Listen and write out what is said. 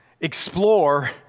explore